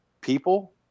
people